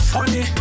Funny